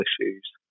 issues